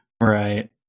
right